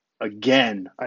again